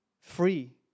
free